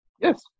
Yes